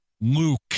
luke